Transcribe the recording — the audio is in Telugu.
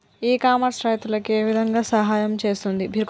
ఇ కామర్స్ రైతులకు ఏ విధంగా సహాయం చేస్తుంది?